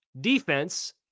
defense